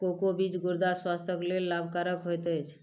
cocoa बीज गुर्दा स्वास्थ्यक लेल लाभकरक होइत अछि